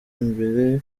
imbere